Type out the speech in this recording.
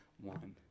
one